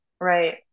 Right